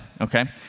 Okay